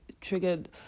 triggered